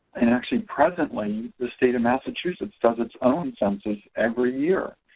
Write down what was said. and actually presently and the state of massachusetts does its own census every year.